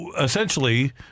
essentially